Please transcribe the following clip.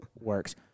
works